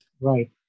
Right